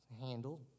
handle